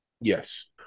Yes